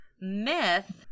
Myth